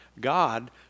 God